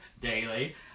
daily